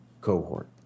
cohort